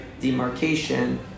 demarcation